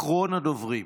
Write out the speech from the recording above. אחרון הדוברים.